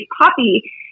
Poppy